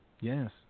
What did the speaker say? Yes